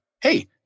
hey